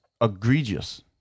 egregious